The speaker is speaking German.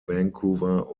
vancouver